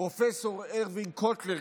פרופ' ארווין קוטלר,